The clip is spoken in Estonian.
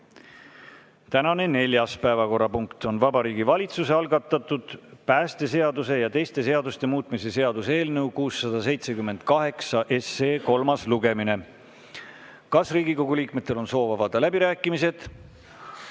Tänane neljas päevakorrapunkt on Vabariigi Valitsuse algatatud päästeseaduse ja teiste seaduste muutmise seaduse eelnõu 678 kolmas lugemine. Kas Riigikogu liikmetel on soovi avada läbirääkimised?